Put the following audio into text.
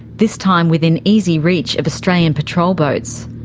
this time within easy reach of australian patrol boats.